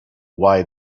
why